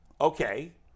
Okay